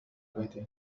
بيته